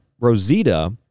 Rosita